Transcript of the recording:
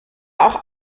auch